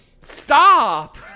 Stop